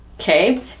Okay